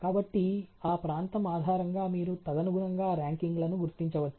కాబట్టి ఆ ప్రాంతం ఆధారంగా మీరు తదనుగుణంగా ర్యాంకింగ్లను గుర్తించవచ్చు